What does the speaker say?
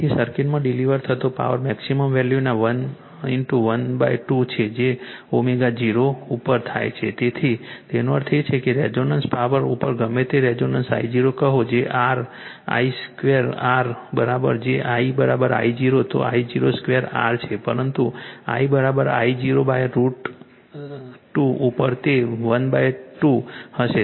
તેથી સર્કિટમાં ડિલિવર થતા પાવરની મેક્સિમમ વેલ્યૂના 1 12 છે જે ω0 ઉપર થાય છે તેથી તેનો અર્થ એ કે રેઝોનન્સ પાવર ઉપર ગમે તે રેઝોનન્સ I0 કહો જે R I I 2 R જો I I0 તો I0 2 R છે પરંતુ I I0 √ 2 ઉપર તે 12 હશે